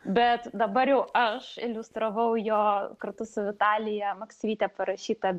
bet dabar jau aš iliustravau jo kartu su vitalija maksvyte parašytą